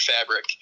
fabric